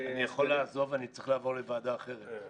אני צריך לעבור לוועדה אחרת.